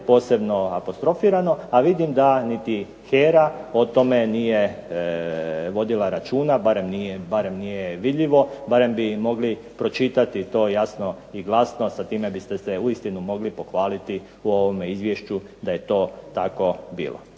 posebno apostrofirano, a vidim da niti HERA o tome nije vodila računa, barem nije vidljivo, barem bi mogli pročitati to jasno i glasno sa time biste se uistinu mogli pohvaliti u ovom izvješću da je to tako bilo.